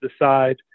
decide